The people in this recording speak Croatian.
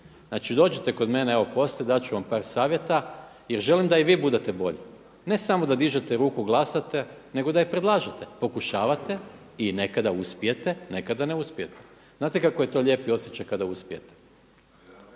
Znači dođite kod mene, evo poslije, dati ću vam par savjeta jer želim da i vi budete bolji, ne samo da dižete ruku, glasate nego da i predlažete, pokušavate i nekada uspijete, nekada ne uspijete. Znate kako je to lijepi osjećaj kada uspijete.